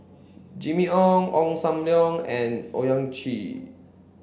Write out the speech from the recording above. Jimmy Ong Ong Sam Leong and Owyang Chi